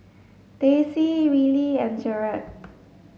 Daisey Rillie and Jered